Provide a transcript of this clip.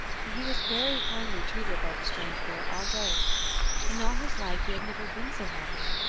and he was very kindly treated by the strange pair all day in all his life he had never been so happy.